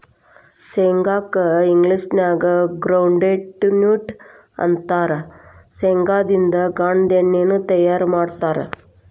ಶೇಂಗಾ ಕ್ಕ ಇಂಗ್ಲೇಷನ್ಯಾಗ ಗ್ರೌಂಡ್ವಿ ನ್ಯೂಟ್ಟ ಅಂತಾರ, ಶೇಂಗಾದಿಂದ ಗಾಂದೇಣ್ಣಿನು ತಯಾರ್ ಮಾಡ್ತಾರ